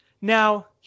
Now